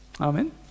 Amen